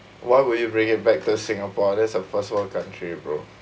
why would you bring it back to singapore that's a first world country bro